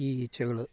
ഈ ഈച്ചകൾ